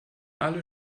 alle